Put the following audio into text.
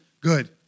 good